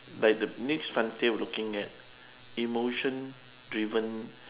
like the next looking at emotion driven